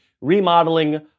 remodeling